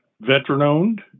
veteran-owned